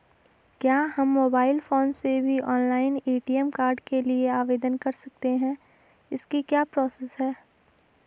क्या हम mobile phone से भी ऑनलाइन ए.टी.एम कार्ड के लिए आवेदन कर सकते हैं इसकी क्या प्रोसेस है?